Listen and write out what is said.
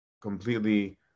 completely